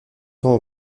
temps